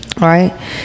Right